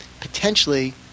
potentially